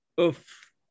Oof